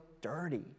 dirty